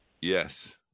Yes